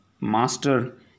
master